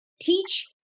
Teach